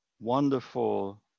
wonderful